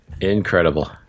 Incredible